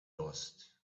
lost